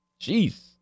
Jeez